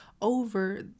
over